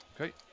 Okay